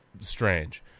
strange